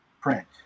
print